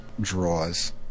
draws